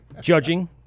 Judging